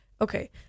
okay